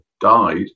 died